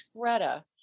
Greta